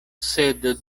sed